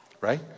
right